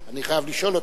אני חייב לשאול אותךְ.